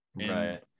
Right